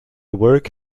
work